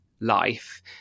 life